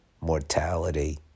Mortality